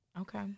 Okay